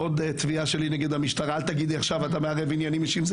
אל תגידי שאני מערב עניינים אישיים,